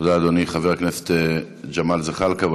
חבר הכנסת ג'מאל זחאלקה,